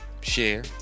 share